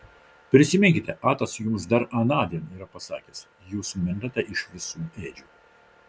prisiminkite atas jums dar anądien yra pasakęs jūs mintate iš visų ėdžių